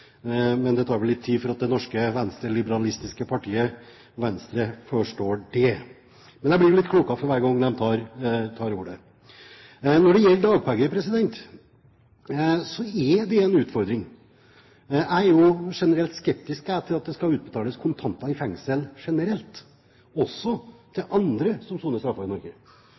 men de blir vel litt klokere for hver gang de tar ordet. Når det gjelder dagpenger, er det en utfordring. Jeg er generelt skeptisk til at det skal utbetales kontanter i et fengsel, også til andre som soner straffer i Norge.